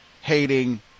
hating